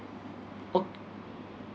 okay